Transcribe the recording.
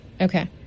Okay